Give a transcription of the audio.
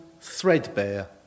threadbare